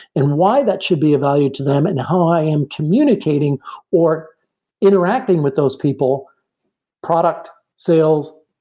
and why that should be of value to them and how i am communicating or interacting with those people product, sales,